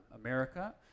America